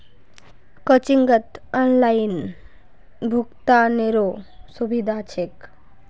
कोचिंगत ऑनलाइन भुक्तानेरो सुविधा छेक